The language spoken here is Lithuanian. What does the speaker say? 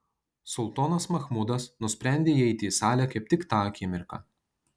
sultonas machmudas nusprendė įeiti į salę kaip tik tą akimirką